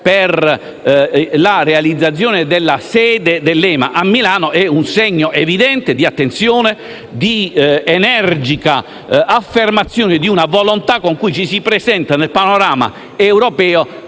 per la realizzazione della sede dell'EMA a Milano è un segno evidente di attenzione e di energica affermazione di una volontà con cui ci si presenta nel panorama europeo